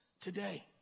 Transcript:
today